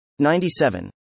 97